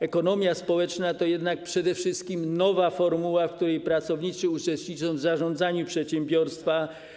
Ekonomia społeczna to jednak przede wszystkim nowa formuła, w której pracownicy uczestniczą w zarządzaniu przedsiębiorstwem.